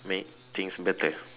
make things better